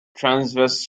transverse